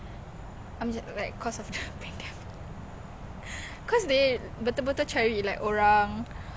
then if you want to move to which clinic like near here